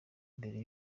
mbere